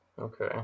Okay